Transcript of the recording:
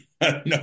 No